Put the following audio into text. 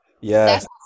Yes